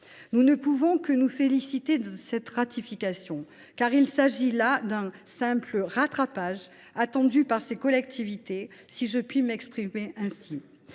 Nous ne pouvons que nous féliciter de cette ratification, car il s’agit là d’un simple rattrapage attendu par ces collectivités. Oui à la transposition